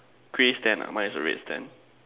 grey stand ah mine is a red stand